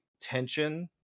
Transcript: tension